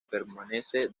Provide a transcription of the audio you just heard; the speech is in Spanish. permanece